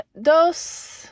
dos